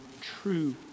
true